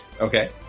Okay